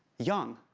young.